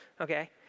Okay